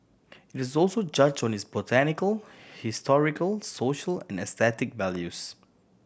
it is also judged on its botanical historical social and aesthetic values